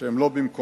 שהן לא במקומן.